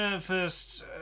First